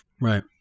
Right